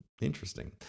Interesting